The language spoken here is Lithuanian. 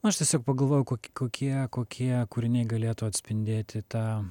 na aš tiesiog pagalvojau kok kokie kokie kokie kūriniai galėtų atspindėti tą